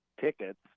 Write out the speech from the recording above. tickets